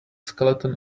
skeleton